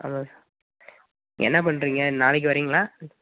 அதான் சார் என்ன பண்ணுறீங்க நாளைக்கு வரீங்களா